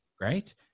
right